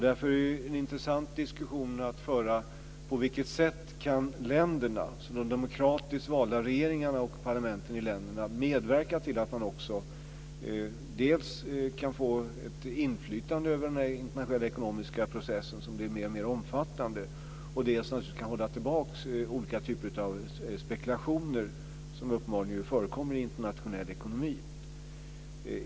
Därför är det en intressant diskussion att föra på vilket sätt länderna, alltså de demokratiskt valda regeringarna och parlamenten i länderna, kan medverka till att de också dels kan få ett inflytande över den internationella ekonomiska process som blir mer och mer omfattande, dels naturligtvis kan hålla tillbaka olika typer av spekulationer som uppenbarligen förekommer i internationell ekonomi.